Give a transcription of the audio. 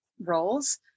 roles